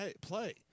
play